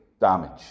damage